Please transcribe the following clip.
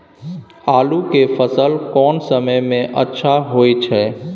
आलू के फसल कोन समय में अच्छा होय छै?